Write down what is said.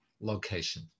location